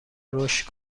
رشد